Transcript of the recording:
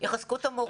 שיחזקו את המורים.